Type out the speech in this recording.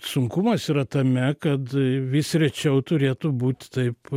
sunkumas yra tame kad vis rečiau turėtų būt taip